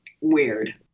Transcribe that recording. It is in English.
weird